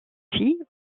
fille